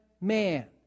man